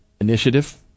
initiative